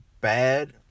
bad